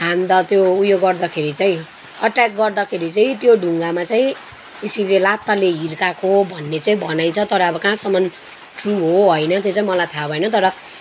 हान्द त्यो उयो गर्दाखेरि चाहिँ अट्याक गर्दाखेरि चाहिँ त्यो ढुङ्गामा चाहिँ यसरी लात्ताले हिर्काएको भन्ने चाहिँ भनाइ छ तर अब कहाँसम्म ट्रु हो होइन त्यो चाहिँ मलाई थाहा भएन तर